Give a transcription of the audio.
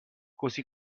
così